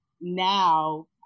now